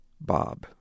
Bob